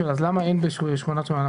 למה אין בשכונת שמעון הצדיק?